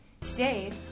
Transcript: Today